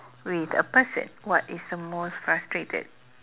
with a person what is the most frustrated